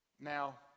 Now